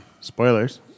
spoilers